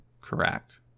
correct